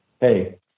hey